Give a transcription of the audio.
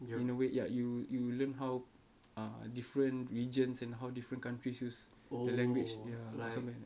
in a way ya you you learn how ah different regions and how different countries use the language ya like